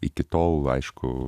iki tol aišku